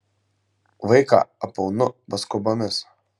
vaiką apaunu paskubomis